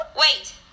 Wait